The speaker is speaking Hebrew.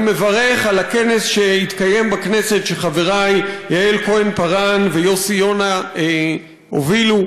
אני מברך על הכנס שהתקיים בכנסת שחברי יעל כהן-פארן ויוסי יונה הובילו.